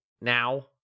now